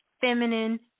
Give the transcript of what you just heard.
feminine